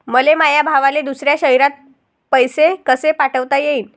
मले माया भावाले दुसऱ्या शयरात पैसे कसे पाठवता येईन?